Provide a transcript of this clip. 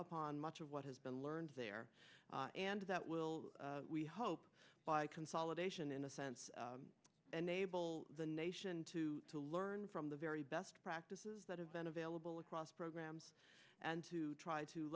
upon much of what has been learned there and that will we hope by consolidation in a sense enable the nation to to learn from the very best practices that have been available across programs and to try to